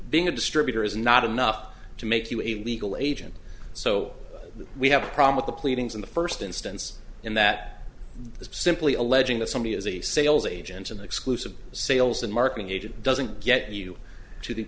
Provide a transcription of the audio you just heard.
being a distributor is not enough to make you a legal agent so we have a problem with the pleadings in the first instance in that simply alleging that somebody is a sales agent an exclusive sales and marketing agent doesn't get you to the